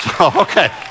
Okay